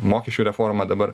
mokesčių reformą dabar